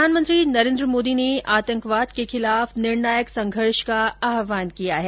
प्रधानमंत्री नरेन्द्र मोदी ने आतंकवाद के खिलाफ निर्णायक संघर्ष का आहवान किया है